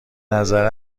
نظر